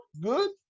good